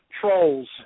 trolls